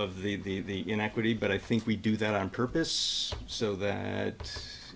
of the in equity but i think we do that on purpose so that